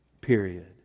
Period